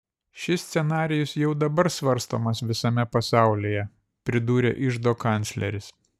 šis scenarijus jau dabar svarstomas visame pasaulyje pridūrė iždo kancleris